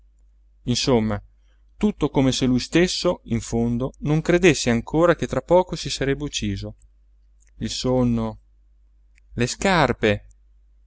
insomma tutto come se lui stesso in fondo non credesse ancora che tra poco si sarebbe ucciso il sonno le scarpe